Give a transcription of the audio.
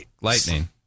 lightning